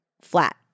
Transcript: flat